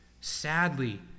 Sadly